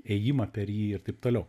ėjimą per jį ir taip toliau